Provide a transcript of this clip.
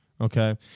okay